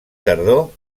tardor